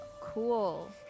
Cool